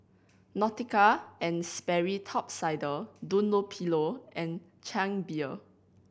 Nautica and Sperry Top Sider Dunlopillo and Chang Beer